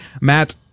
Matt